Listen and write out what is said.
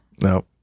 No